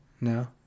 No